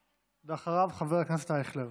ואחריו, חבר הכנסת אייכלר.